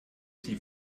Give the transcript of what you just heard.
die